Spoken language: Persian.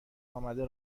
آمده